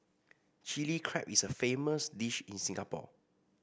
Chilli Crab is a famous dish in Singapore